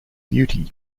beauty